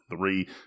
three